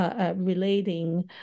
Relating